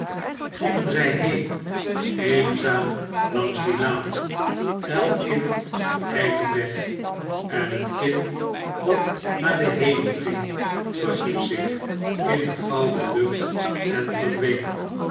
gingen zjj been eenzaam laugs die lanen elk kind zyn eigen weg en het kind dat naar den hemel ging verhief zich in de gouden lucht en verdween